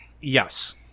Yes